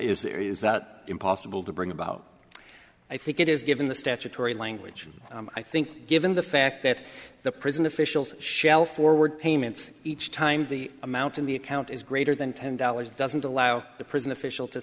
is that impossible to bring about i think it is given the statutory language i think given the fact that the prison officials shall forward payments each time the amount in the account is greater than ten dollars doesn't allow the prison official to